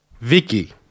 Vicky